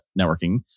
networking